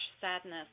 sadness